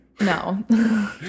No